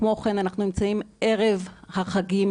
כמו כן, אנחנו נמצאים ערב החגים,